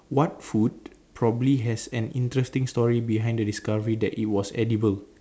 what food probably has an interesting story behind the discovery that it was edible